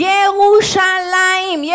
Yerushalayim